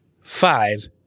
five